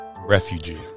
refugee